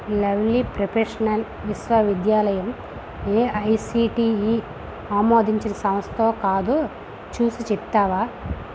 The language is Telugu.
లవ్లీ ప్రొఫెషనల్ విశ్వవిద్యాలయం ఏఐసిటిఈ ఆమోదించిన సంస్థో కాదో చూసి చెప్తావా